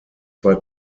zwei